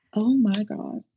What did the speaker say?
oh, my god.